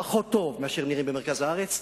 פחות טוב מהחיים שנראים במרכז הארץ.